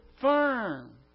firm